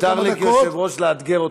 מותר לי כיושב-ראש לאתגר אותך,